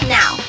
now